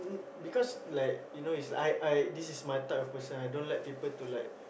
because like you know is I I this is my type of person I don't like people to like